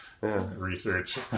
research